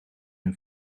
een